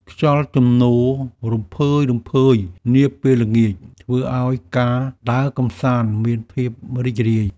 ខ្យល់ជំនោររំភើយៗនាពេលល្ងាច ធ្វើឱ្យការដើរកម្សាន្តមានភាពរីករាយ។